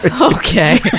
Okay